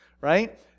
right